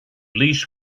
least